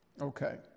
Okay